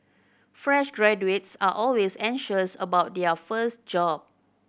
fresh graduates are always anxious about their first job